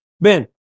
Ben